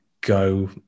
go